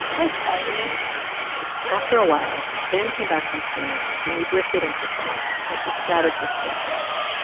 hi, spider-man after a while, van came back from swimming, and we drifted into the playroom, which was scattered with toy trucks.